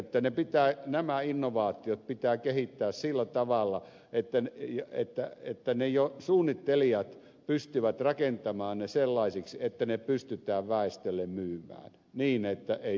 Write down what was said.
elikkä että nämä innovaatiot pitää kehittää sillä tavalla että jo suunnittelijat pystyvät rakentamaan ne sellaisiksi että ne pystytään väestölle myymään niin että ei töki